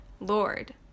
Lord